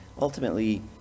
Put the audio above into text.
ultimately